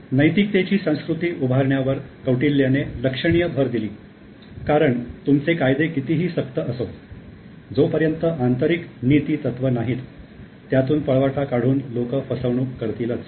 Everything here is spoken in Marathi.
नैतिकतेची संस्कृती उभारण्यावर कौटिल्याने लक्षणीय भर दिली कारण तुमचे कायदे कितीही सक्त असो जोपर्यंत आंतरिक नीतीतत्व नाहीत त्यातून पळवाटा काढून लोक फसवणूक करतीलच